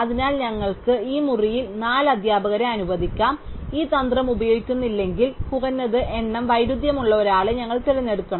അതിനാൽ ഞങ്ങൾക്ക് ഈ മുറിയിൽ നാല് അധ്യാപകരെ അനുവദിക്കാം ഞങ്ങൾ ഈ തന്ത്രം ഉപയോഗിക്കുന്നില്ലെങ്കിൽ കുറഞ്ഞത് എണ്ണം വൈരുദ്ധ്യങ്ങളുള്ള ഒരാളെ ഞങ്ങൾ തിരഞ്ഞെടുക്കണം